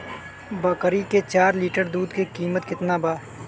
बकरी के चार लीटर दुध के किमत केतना बा?